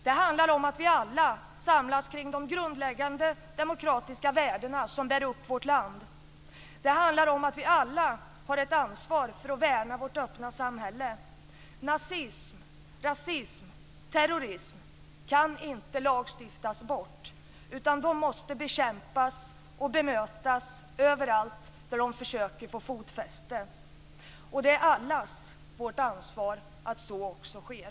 Det handlar om att vi alla samlas kring de grundläggande demokratiska värden som bär upp vårt land. Det handlar om att vi alla har ett ansvar för att värna vårt öppna samhälle. Nazism, rasism, terrorism kan inte lagstiftas bort. De måste bekämpas och bemötas överallt där de försöker få fotfäste. Det är allas vårt ansvar att så också sker.